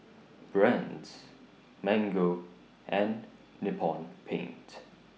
Brand's Mango and Nippon Paint